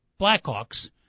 Blackhawks